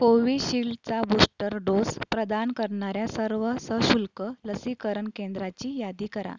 कोविशिल्डचा booster dose प्रदान करणाऱ्या सर्व सशुल्क लसीकरण केंद्राची यादी करा